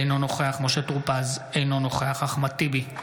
אינו נוכח משה טור פז, אינו נוכח אחמד טיבי,